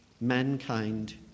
mankind